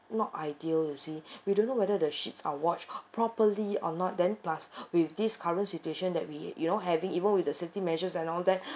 not ideal you see we don't know whether the sheets are washed properly or not then plus with this current situation that we you know having even with the safety measures and all that